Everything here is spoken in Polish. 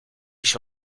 się